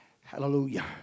hallelujah